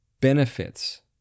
benefits